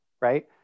Right